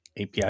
API